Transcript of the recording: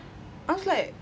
I was like